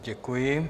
Děkuji.